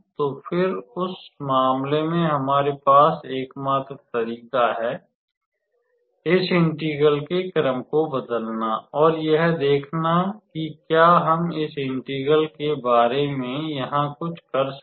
तो फिर उस मामले में हमारे पास एकमात्र तरीका है इस इंटेग्रल के क्रम को बदलना और यह देखना कि क्या हम इस इंटेग्रल के बारे में यहां कुछ कर सकते हैं